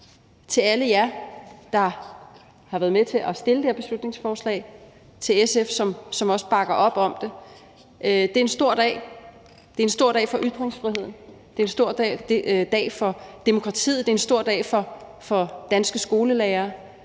til alle jer, der har været med til at fremsætte beslutningsforslaget, og til SF, som også bakker op om det. Det er en stor dag for ytringsfriheden, det er en stor dag for